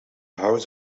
house